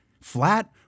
flat